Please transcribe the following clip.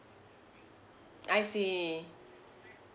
I see